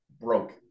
broke